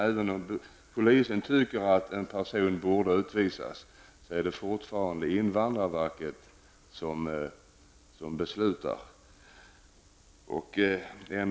Även om polisen anser att en person borde utvisas, så är det fortfarande invandrarverkat som fattar beslutet.